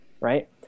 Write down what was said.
Right